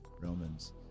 Romans